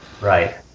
right